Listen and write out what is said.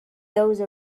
those